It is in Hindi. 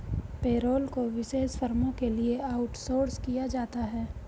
पेरोल को विशेष फर्मों के लिए आउटसोर्स किया जाता है